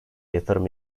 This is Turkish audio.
yatırım